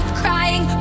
crying